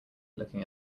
looking